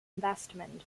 investment